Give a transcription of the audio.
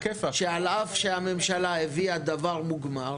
שעל אף שהממשלה הביאה דבר מוגמר